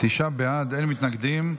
תשעה בעד, אין מתנגדים.